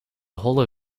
holle